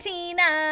Tina